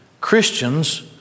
Christians